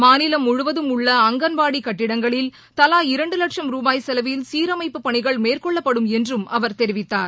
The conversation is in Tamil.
மாநிலம் முழுவதும் உள்ள அங்கன்வாடி கட்டிடங்களில் தவா இரண்டு வட்சம் ருபாய் செலவில் சீரமைப்பு பணிகள் மேற்கொள்ளப்படும் என்றும் அவர் தெரிவித்தார்